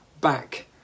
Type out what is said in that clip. back